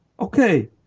Okay